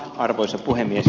arvoisa puhemies